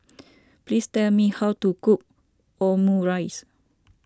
please tell me how to cook Omurice